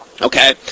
Okay